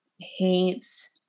Hates